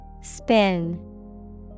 Spin